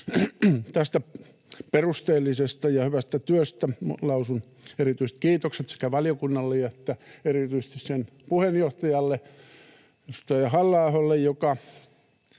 Tästä perusteellisesta ja hyvästä työstä lausun erityiset kiitokset sekä valiokunnalle että erityisesti sen puheenjohtajalle, edustaja Halla-aholle, joka